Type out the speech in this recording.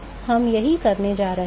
तो अब हम यही करने जा रहे हैं